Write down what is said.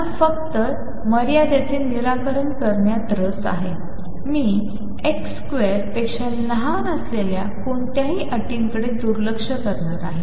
मला फक्त या मर्यादेचे निराकरण करण्यात रस आहे मी x2 पेक्षा लहान असलेल्या कोणत्याही अटींकडे दुर्लक्ष करणार आहे